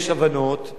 בין כל המפלגות,